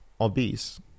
obese